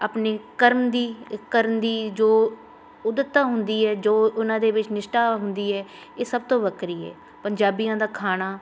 ਆਪਣੀ ਕਰਮ ਦੀ ਕਰਨ ਦੀ ਜੋ ਉੱਦਤਾ ਹੁੰਦੀ ਹੈ ਜੋ ਉਹਨਾਂ ਦੇ ਵਿੱਚ ਨਿਸ਼ਟਾ ਹੁੰਦੀ ਹੈ ਇਹ ਸਭ ਤੋਂ ਵੱਖਰੀ ਹੈ ਪੰਜਾਬੀਆਂ ਦਾ ਖਾਣਾ